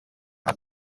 nka